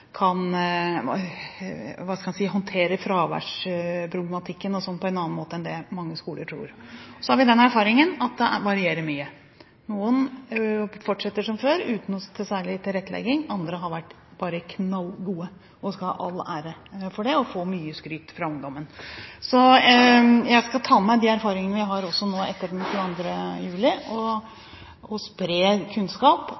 kan – hva skal en si – håndtere fraværsproblematikken på en annen måte enn det mange skoler tror en kan. Så har vi den erfaringen at det varierer mye. Noen fortsetter som før uten noen særlig tilrettelegging, andre har vært knallgode og skal ha all ære for det og får mye skryt fra ungdommen. Jeg skal også ta med meg de erfaringene vi har nå etter 22. juli,